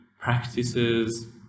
practices